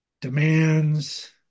demands